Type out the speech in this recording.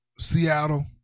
Seattle